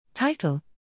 Title